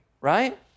Right